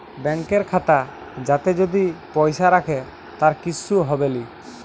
ব্যাংকের খাতা যাতে যদি পয়সা রাখে তার কিসু হবেলি